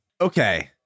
Okay